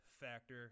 factor